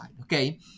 okay